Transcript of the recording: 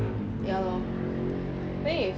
ya lor then if